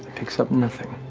picks up nothing.